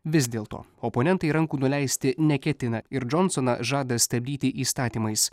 vis dėlto oponentai rankų nuleisti neketina ir džonsoną žada stabdyti įstatymais